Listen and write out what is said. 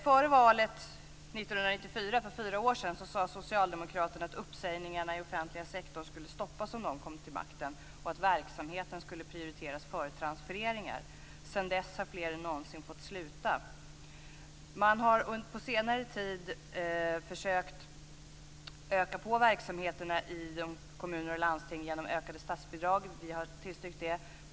Före valet 1994 sade Socialdemokraterna att uppsägningarna inom den offentliga sektorn skulle stoppas om de kom till makten. Verksamheten skulle prioriteras framför transfereringar. Sedan dess har fler än någonsin fått sluta. På senare tid har man försökt att öka på verksamheterna i kommuner och landsting med hjälp av ökade statsbidrag. Vi har tillstyrkt det.